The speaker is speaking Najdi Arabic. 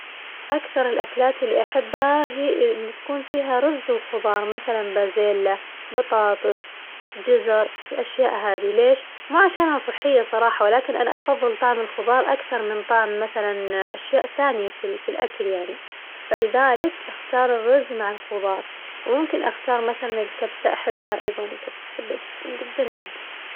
أكثر الأكلات اللي أحبها هي اللي تكون فيها رز وخظار، مثلاً بازيلا بطاطس جزر، الأشياء هذي ليش؟ ما عشانها صحية صراحة ولكن أنا أفظل طعم الخظار أكثر من طعم مثلاً أشياء ثانية في ال- في الأكل يعني، فلذلك أختار الرز مع الخظار وممكن أختار مثلاً الكبسة أحبها أيضاً الكبسة أحبها جداً جداً جداً.